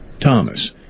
Thomas